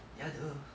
ya !duh!